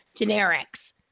generics